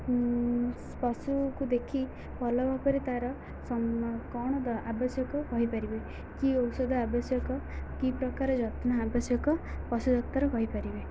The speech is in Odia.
ପଶୁକୁ ଦେଖି ଭଲ ଭାବରେ ତା'ର କ'ଣ ଆବଶ୍ୟକ କହିପାରିବେ କି ଔଷଧ ଆବଶ୍ୟକ କି ପ୍ରକାର ଯତ୍ନ ଆବଶ୍ୟକ ପଶୁଡ଼ାକ୍ତର କହିପାରିବେ